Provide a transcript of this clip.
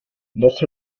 noch